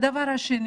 הדבר השני,